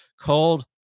called